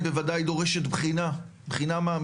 היא בוודאי דורשת בחינה מעמיקה,